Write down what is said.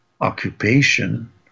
occupation